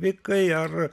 vaikai ar